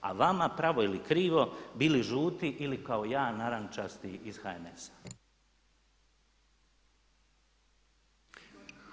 A vama pravo ili krivo bili žuti ili kao ja narančasti iz HNS-a.